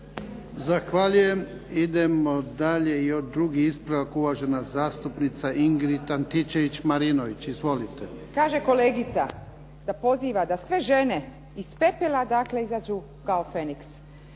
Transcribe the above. Zahvaljujem. Idemo dalje. I drugi ispravak, uvažena zastupnica Ingrid Antičević- Marinović. Izvolite. **Antičević Marinović, Ingrid (SDP)** Kaže kolegica da poziva da sve žene iz pepela dakle izađu kao feniks.